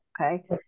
okay